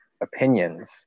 opinions